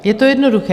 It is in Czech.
Je to jednoduché.